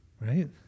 right